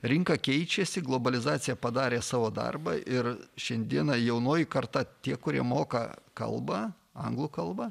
rinka keičiasi globalizacija padarė savo darbą ir šiandieną jaunoji karta tie kurie moka kalbą anglų kalbą